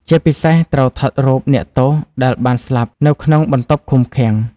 ជាពិសេសត្រូវថតរូបអ្នកទោសដែលបានស្លាប់នៅក្នុងបន្ទប់ឃុំឃាំង។